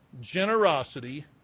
generosity